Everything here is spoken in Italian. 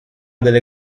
delle